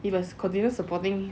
you must continue supporting